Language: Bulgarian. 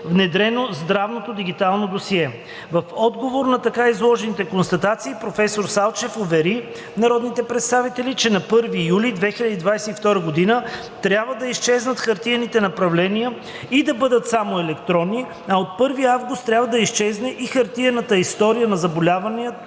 внедрено здравното дигитално досие. В отговор на така изложените констатации професор Салчев увери народните представители, че на 1 юли 2022 г. трябва да изчезнат хартиените направления и да бъдат само електронни, а от 1 август трябва да изчезне и хартиената история на заболяването,